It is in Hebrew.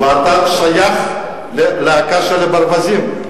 ואתה שייך ללהקה של הברווזים.